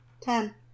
Ten